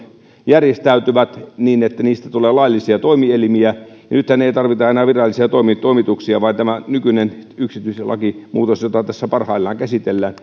järjestäytyvät niin että niistä tulee laillisia toimielimiä nythän ei tarvita enää virallisia toimituksia vaan tämä nykyinen yksityistielakimuutos jota tässä parhaillaan käsitellään